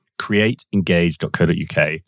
createengage.co.uk